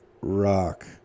Rock